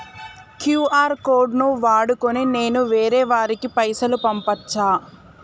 QR code ను వాడుకొని నేను వేరే వారికి పైసలు పంపచ్చా?